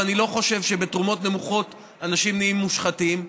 ואני לא חושב שבתרומות נמוכות אנשים נהיים מושחתים,